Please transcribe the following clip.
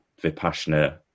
Vipassana